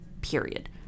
period